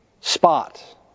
spot